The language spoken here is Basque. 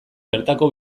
bertako